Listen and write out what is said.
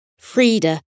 Frida